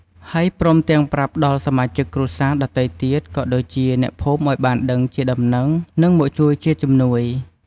ហើយព្រមទាំងប្រាប់ដល់សមាជិកគ្រួសារដទៃទៀតក៏ដូចជាអ្នកភូមិឲ្យបានដឹងជាដំណឹងនិងមកជួយជាជំនួយ។